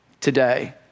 today